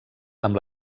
amb